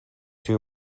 too